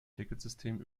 ticketsystem